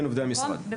אני